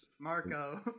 Marco